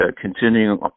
continuing